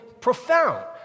profound